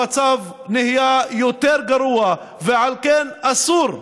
המצב נהיה יותר גרוע, ועל כן אסור,